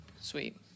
sweet